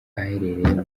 aherereye